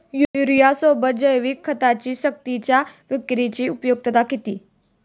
युरियासोबत जैविक खतांची सक्तीच्या विक्रीची उपयुक्तता किती?